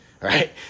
right